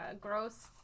gross